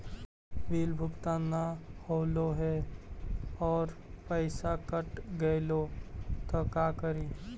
Bill भुगतान न हौले हे और पैसा कट गेलै त का करि?